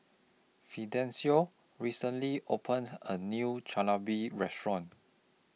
Fidencio recently opened A New Chigenabe Restaurant